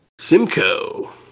Simcoe